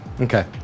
Okay